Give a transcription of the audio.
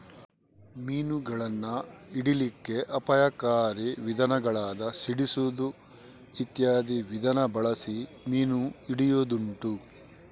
ಮೀನುಗಳನ್ನ ಹಿಡೀಲಿಕ್ಕೆ ಅಪಾಯಕಾರಿ ವಿಧಾನಗಳಾದ ಸಿಡಿಸುದು ಇತ್ಯಾದಿ ವಿಧಾನ ಬಳಸಿ ಮೀನು ಹಿಡಿಯುದುಂಟು